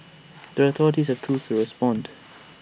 the authorities have tools to respond